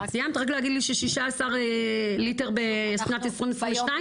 סיימת רק להגיד לי ש-16 ליטר בשנת 2022?